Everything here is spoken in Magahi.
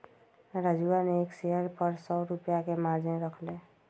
राजूवा ने एक शेयर पर सौ रुपया के मार्जिन रख लय